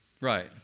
Right